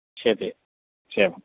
शेते एवं